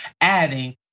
adding